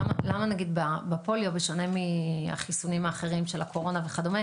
למה בפוליו בשונה מהחיסונים של הקורונה וכדומה